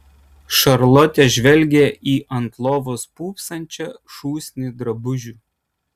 šarlotė žvelgė į ant lovos pūpsančią šūsnį drabužių